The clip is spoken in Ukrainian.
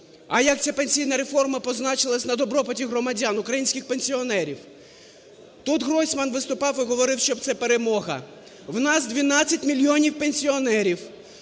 А як ця пенсійна реформа позначилася на добробуті громадян – українських пенсіонерів? ТутГройсман виступав і говорив, що це перемога. В нас 12 мільйонів пенсіонерів,